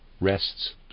rests